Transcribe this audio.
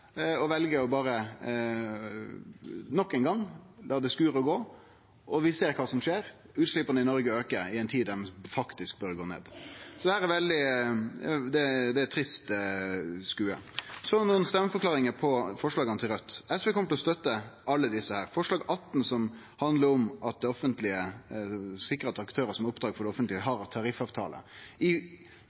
berre nok ein gong å la det skure og gå. Vi ser kva som skjer: Utsleppa i Noreg aukar i ei tid der dei faktisk bør gå ned. Det er eit veldig trist syn. Så nokre stemmeforklaringar til forslaga til Raudt: SV kjem til å støtte alle desse her. Forslag nr. 18 handlar om å sikre at aktørar som har oppdrag for det offentlege, har tariffavtale.